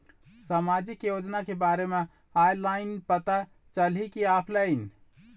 सामाजिक योजना के बारे मा ऑनलाइन पता चलही की ऑफलाइन?